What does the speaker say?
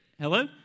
Hello